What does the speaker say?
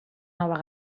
nova